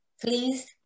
Please